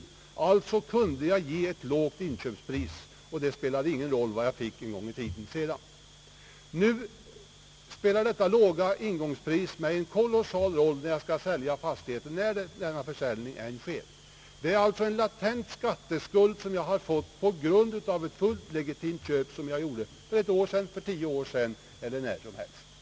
Alltså kunde ägaren uppge ett lågt inköpspris. Det spelade ingen roll vad han senare fick ut vid en försäljning. Nu spelar det låga inköpspriset en kolossal roll för ägaren vid försäljning av fastigheten, när denna försäljning än sker. Det är alltså en latent skatteskuld, som man har fått på grund av ett fullt legitimt köp som gjordes för ett år sedan, för tio år sedan eller vid något annat tillfälle.